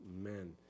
amen